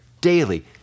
daily